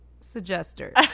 suggester